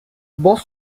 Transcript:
bus